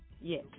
Yes